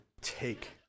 take